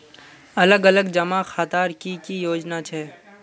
अलग अलग जमा खातार की की योजना छे?